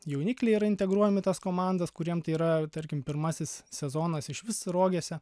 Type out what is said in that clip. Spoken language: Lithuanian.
jaunikliai yra integruojami į tas komandas kuriem tai yra tarkim pirmasis sezonas išvis rogėse